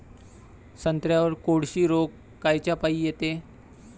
संत्र्यावर कोळशी रोग कायच्यापाई येते?